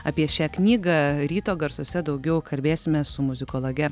apie šią knygą ryto garsuose daugiau kalbėsime su muzikologe